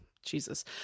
Jesus